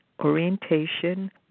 orientation